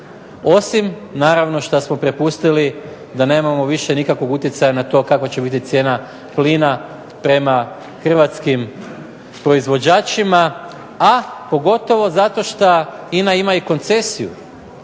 osim naravno što smo prepustili da nemamo više nikakvog utjecaja na to kakva će biti cijena plina prema hrvatskim proizvođačima, a pogotovo zato šta INA ima i koncesiju